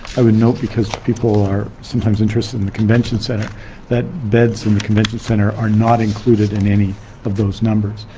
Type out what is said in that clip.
i would note because people are sometimes interested in the convention centre that beds in the convention centre are not included in any of those numbers.